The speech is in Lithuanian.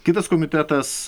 kitas komitetas